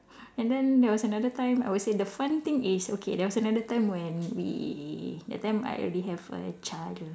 and then there was another time I would say the fun thing is okay there was another time when we that time I already have a